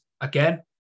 again